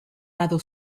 lado